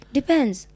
Depends